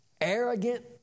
arrogant